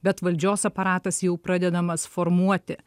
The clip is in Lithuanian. bet valdžios aparatas jau pradedamas formuoti